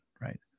Right